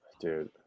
dude